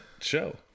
show